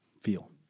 feel